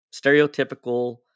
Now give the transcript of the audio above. stereotypical